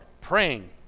praying